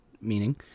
meaning